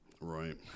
Right